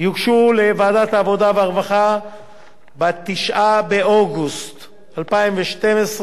יוגשו לוועדת העבודה והרווחה ב-9 באוגוסט 2012,